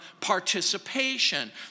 participation